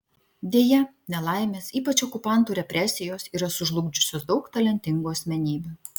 deja nelaimės ypač okupantų represijos yra sužlugdžiusios daug talentingų asmenybių